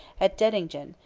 at dettingen,